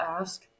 ask